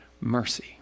mercy